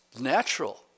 natural